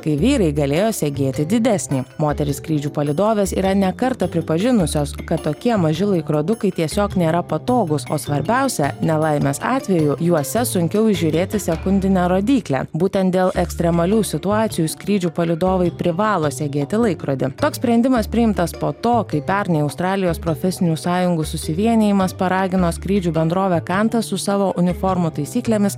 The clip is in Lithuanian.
kai vyrai galėjo segėti didesnį moterys skrydžių palydovės yra ne kartą pripažinusios kad tokie maži laikrodukai tiesiog nėra patogūs o svarbiausia nelaimės atveju juose sunkiau įžiūrėti sekundinę rodyklę būtent dėl ekstremalių situacijų skrydžių palydovai privalo segėti laikrodį toks sprendimas priimtas po to kai pernai australijos profesinių sąjungų susivienijimas paragino skrydžių bendrovę kantas su savo uniformų taisyklėmis